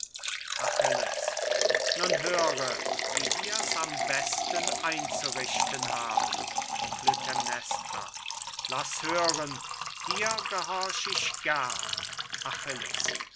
achilles nun höre wie wir's am besten einzurichten haben klytämnestra laß hören dir gehorch ich gern achilles